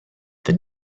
this